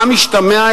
מה משתמע,